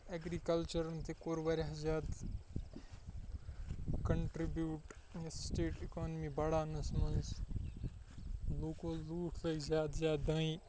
اٮ۪گرِکلچُرن تہِ کوٚر واریاہ زیادٕ کنٹریٚبیوٗٹ یہِ سِٹیٹ اِکانمی بَڑاونَس منٛز لُکو لکھ لٲگۍ زیادٕ زیادٕ دانہِ